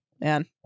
man